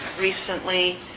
recently